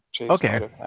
Okay